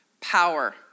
power